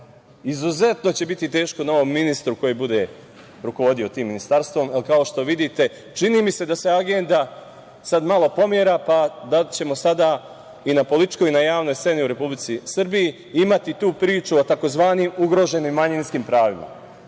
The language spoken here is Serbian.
Izuzetno će biti teško novom ministru koji bude rukovodio tim ministarstvom, jer, kao što vidite, čini mi se da se agenda sada malo pomera, pa da li ćemo sada i na političkoj i na javnoj sceni u Republici Srbiji imati tu priču o tzv. ugroženim manjinskim pravima.